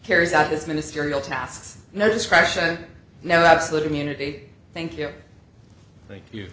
carries out this ministerial tasks no discretion no absolute immunity thank you thank you